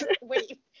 Wait